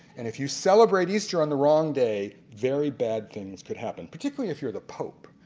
and if you celebrate easter on the wrong day very bad things could happen particularly if you are the pope.